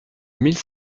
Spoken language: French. mille